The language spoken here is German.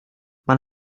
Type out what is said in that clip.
man